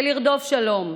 בלרדוף שלום,